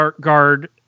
Guard